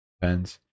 Depends